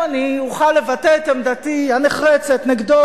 גם אני אוכל לבטא את עמדתי הנחרצת נגדו,